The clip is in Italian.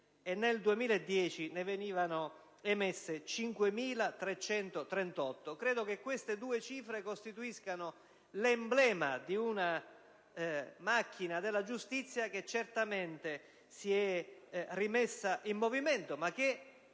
nel 2010. Credo che queste due cifre costituiscano l'emblema di una macchina della giustizia che certamente si è rimessa in movimento, ma che